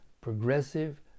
progressive